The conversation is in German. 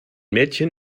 mädchen